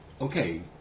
okay